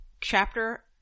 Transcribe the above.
chapter